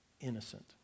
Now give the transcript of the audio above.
innocent